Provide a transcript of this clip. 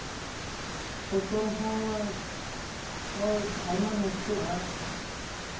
ᱯᱷᱚᱥᱚᱞ ᱦᱚᱸ ᱦᱚᱸ ᱟᱭᱢᱟ ᱱᱚᱥᱴᱚᱜᱼᱟ